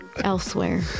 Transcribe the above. elsewhere